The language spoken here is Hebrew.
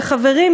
וחברים,